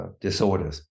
disorders